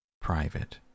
private